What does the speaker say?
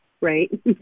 right